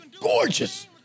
gorgeous